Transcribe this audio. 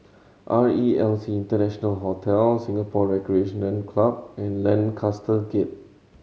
R E L C International Hotel Singapore Recreation Club and Lancaster Gate